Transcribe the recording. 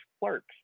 clerks